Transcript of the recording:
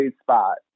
spot